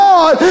God